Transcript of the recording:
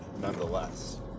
nonetheless